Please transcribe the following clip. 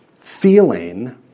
feeling